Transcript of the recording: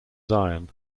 zion